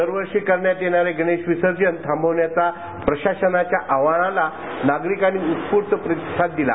दरवर्षी करण्यात येणारं गणेश विसर्जन थांबवण्याच्या प्रशासनाच्या आवाहनाला नागरिकांनी उत्फूर्त प्रतिसाद दिला